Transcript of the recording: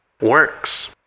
works